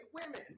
women